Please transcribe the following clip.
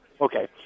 Okay